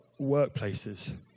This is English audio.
workplaces